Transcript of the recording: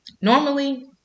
Normally